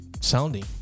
sounding